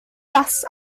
das